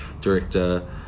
director